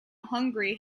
hungary